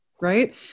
right